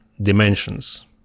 dimensions